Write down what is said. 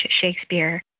Shakespeare